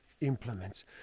implements